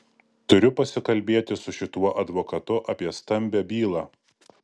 turiu pasikalbėti su šituo advokatu apie stambią bylą